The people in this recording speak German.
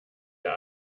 der